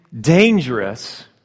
dangerous